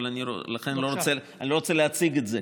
אני לא רוצה להציג את זה,